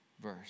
verse